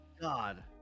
God